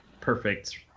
perfect